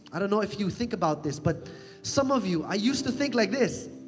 i don't know if you think about this. but some of you, i used to think like this.